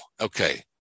Okay